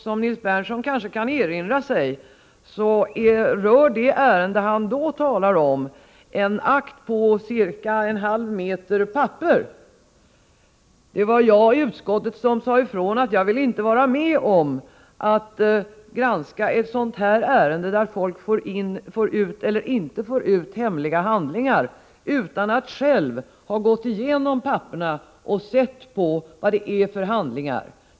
Som Nils Berndtson kanske kan erinra sig, rör det ärende han talar om en akt på cirka en halv meter papper. Det var jag som i utskottet sade ifrån att jag inte vill vara med om att granska ett sådant här ärende om att folk får eller inte får ut hemliga handlingar utan att själv ha gått igenom papperen och sett på vad det är för handlingar.